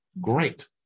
Great